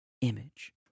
image